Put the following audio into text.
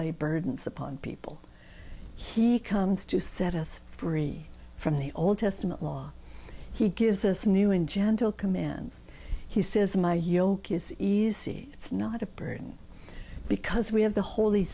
lay burdens upon people he comes to set us free from the old testament law he gives us new and gentle commands he says my yoke is easy it's not a burden because we have the holy